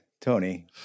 tony